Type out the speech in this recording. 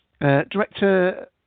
Director